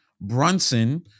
Brunson